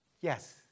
Yes